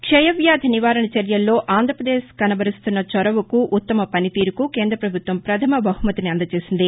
క్షయవ్యాధి నివారణ చర్యల్లో ఆంధ్రప్రదేశ్ కనబరుస్తున్న చొరవకు ఉత్తమ పనితీరుకూ కేంద్రపభుత్వం పధమ బహుమతిని అందచేసింది